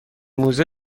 موزه